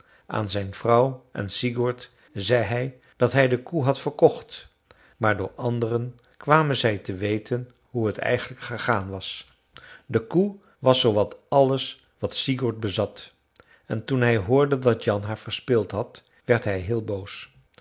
aan zijn vrouw en sigurd zei hij dat hij de koe had verkocht maar door anderen kwamen zij te weten hoe het eigenlijk gegaan was de koe was zoowat alles wat sigurd bezat en toen hij hoorde dat jan haar verspeeld had werd hij heel boos